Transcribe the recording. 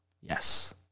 Yes